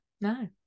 no